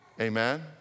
Amen